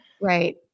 Right